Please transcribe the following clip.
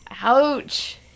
Ouch